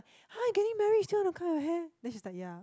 !huh! you getting marriage still want to cut your hair then she's like ya